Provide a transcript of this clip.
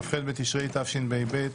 כ"ח בתשרי תשפ"ב,